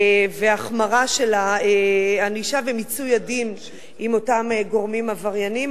והחמרה של הענישה ומיצוי הדין עם אותם גורמים עברייניים.